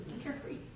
Carefree